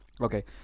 Okay